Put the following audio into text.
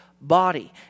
body